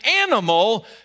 animal